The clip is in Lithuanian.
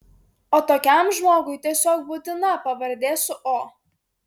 o tokiam žmogui tiesiog būtina pavardė su o